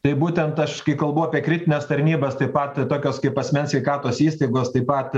tai būtent aš kai kalbu apie kritines tarnybas taip pat tokios kaip asmens sveikatos įstaigos taip pat